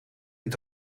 dit